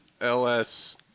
LS